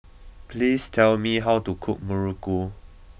please tell me how to cook Muruku